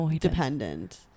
dependent